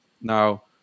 Now